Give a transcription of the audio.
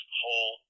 whole